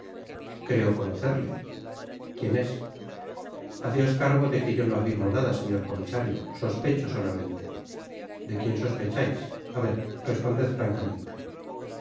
creo conocerle quien es haceos cargo de que yo no aiirmo nada señor comisario sospecho solamente de quien sospechais a ver responded francamente